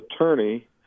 attorney